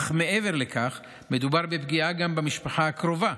אך מעבר לכך מדובר בפגיעה במשפחה הקרובה,